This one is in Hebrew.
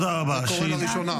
זה קורה לראשונה.